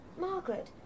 Margaret